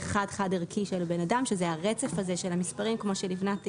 חד חד-ערכי של בן אדם שזה הרצף הזה של המספרים כמו שלבנת תיארה,